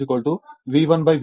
కాబట్టి voltage V2